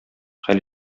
хәл